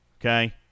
Okay